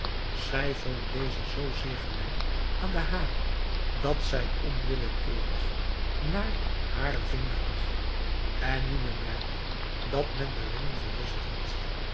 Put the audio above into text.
zij vond dezen zoo zeer gelijk aan den hare dat zij onwillekeurig naar haren vinger zag en nu bemerkte dat men de ringen verwisseld had